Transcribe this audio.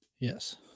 Yes